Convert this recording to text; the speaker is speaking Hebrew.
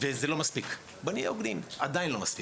וזה לא מספיק, בוא נהיה הוגנים, עדיין לא מספיק.